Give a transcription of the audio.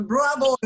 Bravo